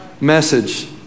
message